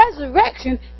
resurrection